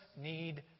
need